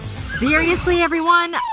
seriously, everyone?